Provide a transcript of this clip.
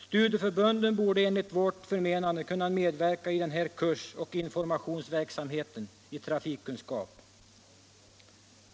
Studieförbunden borde enligt vårt förmenande kunna medverka i den här kursoch informationsverksamheten i trafikkunskap.